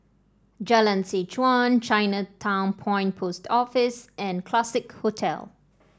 Jalan Seh Chuan Chinatown Point Post Office and Classique Hotel